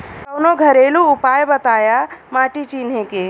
कवनो घरेलू उपाय बताया माटी चिन्हे के?